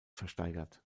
versteigert